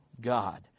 God